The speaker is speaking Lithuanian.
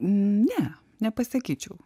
ne nepasakyčiau